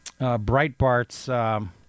Breitbart's